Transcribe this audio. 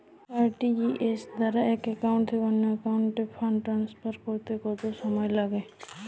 RTGS দ্বারা এক account থেকে অন্য একাউন্টে ফান্ড ট্রান্সফার করতে কত সময় লাগে?